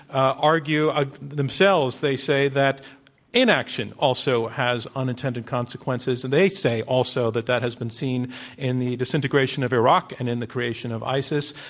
argue ah themselves. they say that inaction also has unintended consequences. and they say, also, that that has been seen in the disintegration of iraq and in the creation of isis.